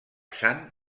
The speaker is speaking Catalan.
sant